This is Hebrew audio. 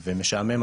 משעמם,